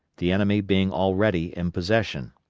the enemy being already in possession.